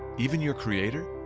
even your creator?